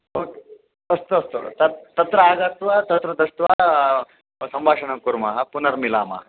okay अस्तु अस्तु तत् तत्र आगत्य तत्र दृष्ट्वा सम्भाषणं कुर्मः पुनर्मिलामः